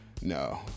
no